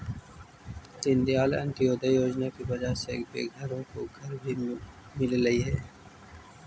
दीनदयाल अंत्योदय योजना की वजह से बेघरों को घर भी मिललई हे